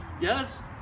Yes